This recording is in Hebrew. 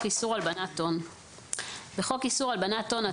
איסור הלבנת הון בחוק איסור הלבנת הון,